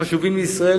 הם חשובים לישראל,